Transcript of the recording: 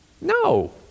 No